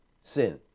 sin